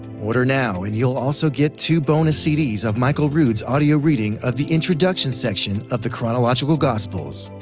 order now and you'll also get two bonus cds of michael rood's audio reading of the introduction section of the chronological gospels.